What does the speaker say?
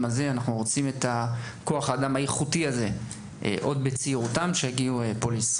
האלו ואת כוח האדם הזה עוד כשהוא צעיר.